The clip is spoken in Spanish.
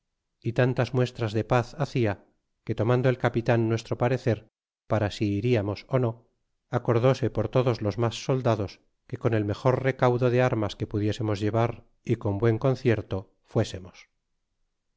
y tantas muestras de paz hacia que tomando el capitan nuestro parecer para si iriamos ó no acordóse por todos los mas soldados que con el mejor recaudo de armas que pudiesemes llevar y con buen concierto fuesemos